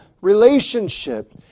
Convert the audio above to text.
relationship